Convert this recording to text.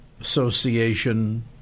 association